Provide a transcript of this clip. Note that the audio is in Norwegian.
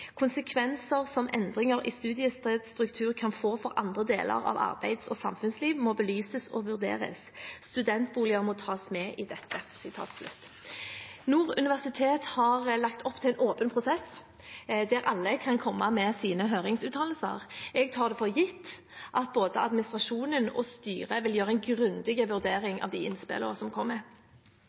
Konsekvenser som endringer i studiestedsstruktur kan få for andre deler av arbeids- og samfunnsliv, må belyses og vurderes. Studentboliger må tas med i dette.» Nord universitet har lagt opp til en åpen prosess der alle kan komme med sine høringsuttalelser. Jeg tar det for gitt at både administrasjonen og styret vil gjøre en grundig vurdering av de innspillene som kommer.